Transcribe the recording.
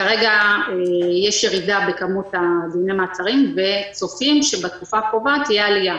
כרגע יש ירידה בכמות דיוני המעצרים וצופים שבתקופה הקרובה תהיה עלייה